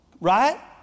Right